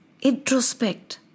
Introspect